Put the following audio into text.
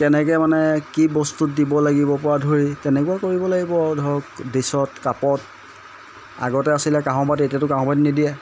কেনেকৈ মানে কি বস্তুত দিব লাগিব পৰা ধৰি তেনেকুৱা কৰিব লাগিব আৰু ধৰক ডিচত কাপত আগতে আছিলে কাঁহৰ বাটি এতিয়াতো কাঁহৰ বাটি নিদিয়ে